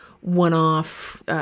one-off